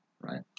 right